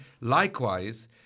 Likewise